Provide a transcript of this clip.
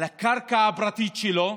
על הקרקע הפרטית שלו,